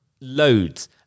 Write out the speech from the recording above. loads